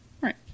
right